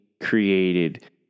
created